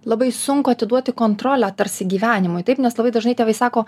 labai sunku atiduoti kontrolę tarsi gyvenimui taip nes labai dažnai tėvai sako